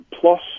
Plus